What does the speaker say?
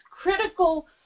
critical